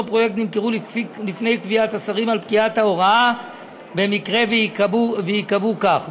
פרויקט נמכרו לפני קביעת השרים על פקיעת ההוראה במקרה שייקבעו כך.